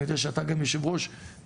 אני יודע שאתה גם יושב ראש